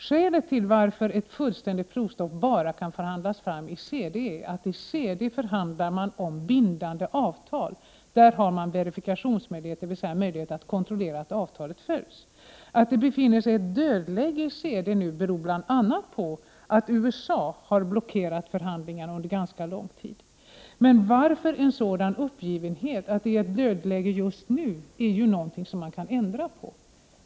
Skälet till att ett fullständigt provstopp bara kan förhandlas fram i CD är att i CD förhandlar man om bindande avtal — där har man verifikationsmöjlighet, dvs. möjlighet att kontrollera att avtalet följs. Att CD nu befinner sig i ett dödläge beror bl.a. på att USA har blockerat förhandlingarna under ganska lång tid. Varför en sådan uppgivenhet? Att det är ett dödläge just nu är ju någonting som man kan ändra på!